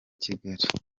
kigali